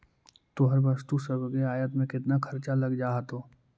तोहर वस्तु सब के आयात में केतना खर्चा लग जा होतो?